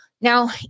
Now